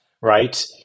right